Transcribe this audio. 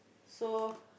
so